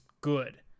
good